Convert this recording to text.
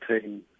team